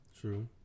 true